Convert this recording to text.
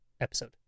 episode